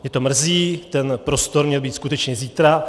Mě to mrzí, prostor měl být skutečně zítra.